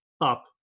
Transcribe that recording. up